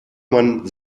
man